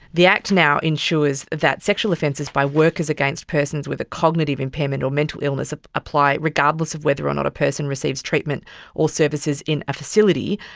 the act now ensures that sexual offences by workers against persons with a cognitive impairment or mental illness ah apply regardless of whether or not a person receives treatment or services in a facility,